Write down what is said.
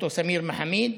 ד"ר סמיר מחאמיד,